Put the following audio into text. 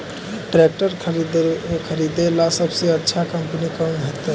Tractor खरीदेला सबसे अच्छा कंपनी कौन होतई?